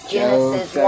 Genesis